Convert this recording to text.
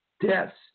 deaths